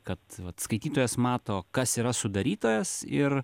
kad vat skaitytojas mato kas yra sudarytojas ir